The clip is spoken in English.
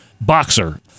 boxer